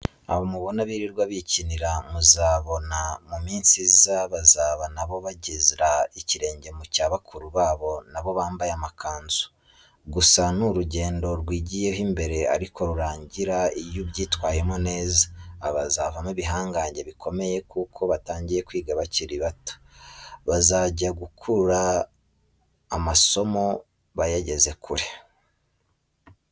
Aba mubona birirwa bikinira muzababona mu minsi iza bazaba na bo bagera ikirenge mu cya bakuru babo na bo bambaye amakanzu. Gusa ni urugendo rwigiyeho imbere ariko rurarangira iyo ubyitwayemo neza. Aba bazavamo ibihangage bikomeye kuko batangiye kwiga bakiri bato bazajya gukura amasomo bayageze kure.